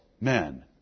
men